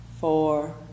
four